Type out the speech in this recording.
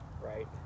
right